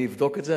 אני אבדוק את זה,